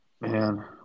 Man